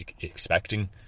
expecting